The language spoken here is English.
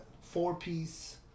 four-piece